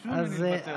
ביקשו ממני לוותר.